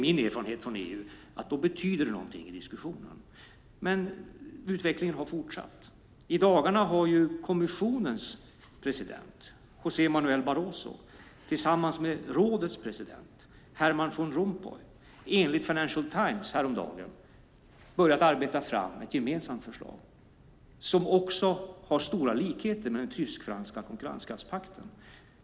Min erfarenhet från EU är att då betyder det någonting i diskussionen. Men utvecklingen har fortsatt. I dagarna har ju kommissionens president, José Manuel Barroso, tillsammans med rådets president, Herman Van Rompuy, enligt Financial Times häromdagen börjat arbeta fram ett gemensamt förslag som har stora likheter med den tysk-franska konkurrenskraftspakten.